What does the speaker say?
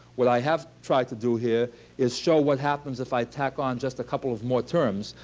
what i have tried to do here is show what happens if i tack on just a couple of more terms.